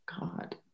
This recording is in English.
God